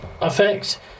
effect